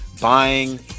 buying